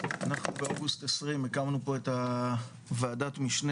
אנחנו באוגוסט 20 הקמנו פה את הועדת משנה